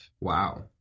Wow